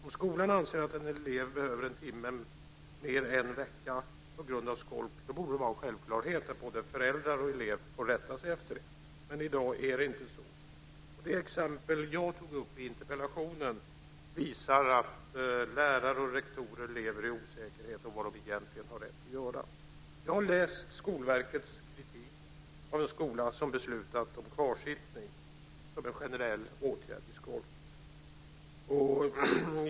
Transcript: Om skolan anser att en elev behöver en timme mer en vecka på grund av skolk borde det vara en självklarhet att både föräldrar och elev får rätta sig efter det. Men i dag är det inte så. Det exempel som jag tog upp i interpellationen visar att lärare och rektorer lever i osäkerhet om vad de egentligen har rätt att göra. Jag har läst Skolverkets kritik av en skola som beslutat om kvarsittning som en generell åtgärd mot skolk.